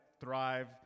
thrive